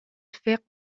fer